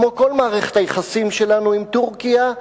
כמו כל מערכת היחסים שלנו עם טורקיה,